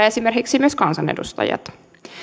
esimerkiksi myös kansanedustajat